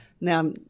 now